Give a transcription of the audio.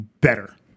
Better